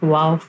Wow